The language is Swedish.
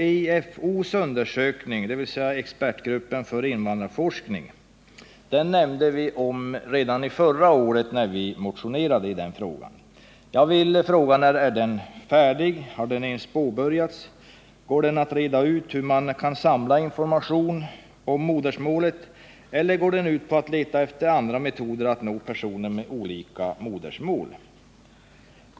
EIFO:s undersökning talade vi om redan förra året när vi motionerade i frågan. Jag vill fråga: När blir undersökningen färdig, har den ens påbörjats, går den ut på att reda ut hur man kan samla information om modersmålet eller syftar den till att finna andra metoder att nå personer med olika modersmål?